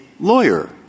lawyer